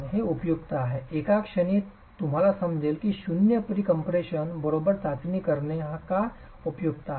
हे उपयुक्त आहे एका क्षणी तुम्हाला समजेल की शून्य प्रीकम्पप्रेशन बरोबरच चाचणी करणे का उपयुक्त आहे